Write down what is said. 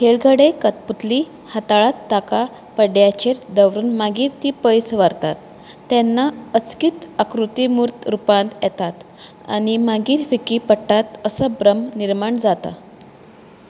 खेळगडे कटपुतली हाताळात ताका पड्ड्याचेर दवरून मागीर ती पयस व्हरतात तेन्ना अचकीत आकृती म्हूर्त रूपांत येतात आनी मागीर फिकी पडटात असो भ्रम निर्माण जाता